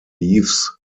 eaves